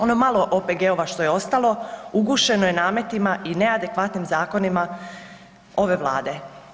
Ono malo OPG-ova što je ostalo ugušeno je nametima i neadekvatnim zakonima ove Vlade.